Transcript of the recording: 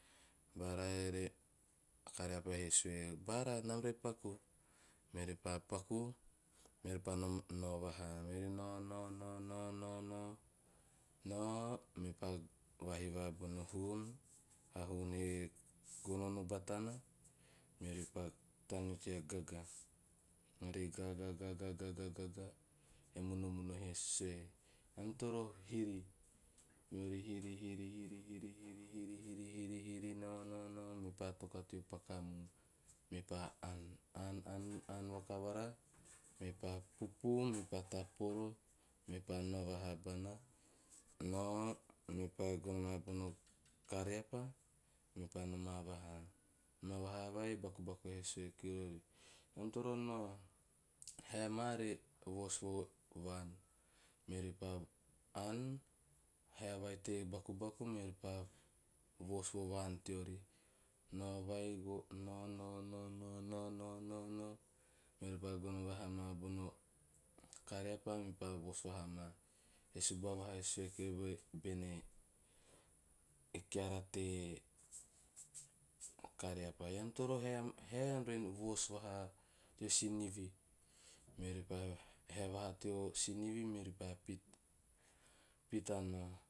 Bara ere kariapa he sue "bara nam re paku." Meori pa paku meori pa nao vaha. Meori noa noa noa noa, mepa va hiiva vai bona hum, a hum he gonono batana, meori pa taneo tea gaga. Meori gaga gaga gaga gaga gaga, e munomuno he sue "ean toro hiri." Meori hiri hiri hiri hiri hiri hiri hiri hiri hiri, noa noa noa mepa toka teo paka mun. Mepaa aan aan aan vakavara mepaa pupu me paa taporo, mepaa noa vaha bana, noa, mepaa gono ma bono kariape, mepaa noma vaha. Noma vaha vai me bakubaku he sue kiori, "eam toro noa, hae maa re voos vo vaan." Meori pa aan hae vai te bakubaku. Meori pa voos vo vaan teori noa vai vo, noa noa noa noa, meori gono vaha maa bono kariapa mepa voos vaha maa. E subuava he sue keve bene, kiara e kariapa "ean toro hae ma, hae ean voos vaha teo sinivi." Meori paa hae vaha ma teo sinivi meori pa pit- pita noa